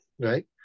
right